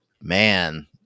man